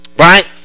Right